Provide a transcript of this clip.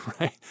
right